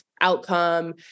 outcome